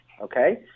Okay